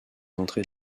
entrées